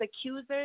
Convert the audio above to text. accusers